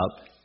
up